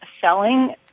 selling